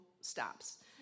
stops